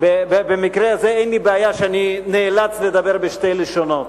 במקרה הזה אין לי בעיה שאני נאלץ לדבר בשתי לשונות,